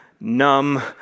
numb